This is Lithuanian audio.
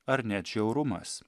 ar net žiaurumas